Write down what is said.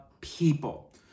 people